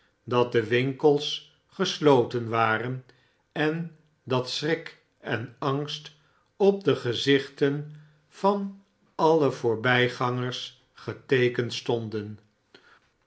dat de winkels gesloten waren en dat schrik en angst op de gezichten van alle voorbijgangers geteekend stonden